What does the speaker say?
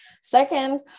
Second